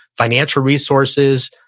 financial resources,